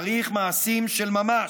צריך מעשים של ממש.